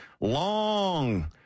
long